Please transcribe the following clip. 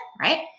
right